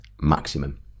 maximum